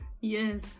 Yes